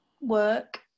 work